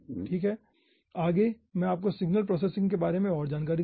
ठीक है आगे मैं आपको सिग्नल प्रोसेसिंग के बारे में और जानकारी दूंगा